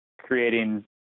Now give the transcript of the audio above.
creating